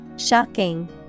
Shocking